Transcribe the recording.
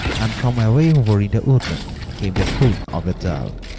and from away over in the woodland came the cooing of a dove.